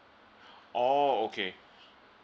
oh okay